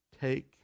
take